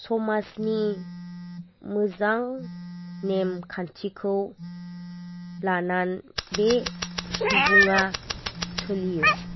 समाजनि मोजां नेमखान्थिखौ लाननै बे सुबुङा सोलियो